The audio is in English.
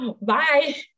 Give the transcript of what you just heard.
bye